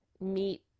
meet